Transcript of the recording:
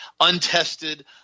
untested